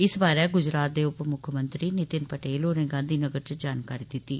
इस बारै गुजरात दे उपमुक्खमंत्री नितिन पटेल होरें गांधीनगर च जानकारी दिती